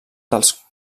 dels